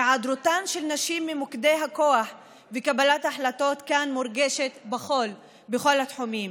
היעדרותן של נשים ממוקדי הכוח וקבלת ההחלטות כאן מורגשת בכל התחומים.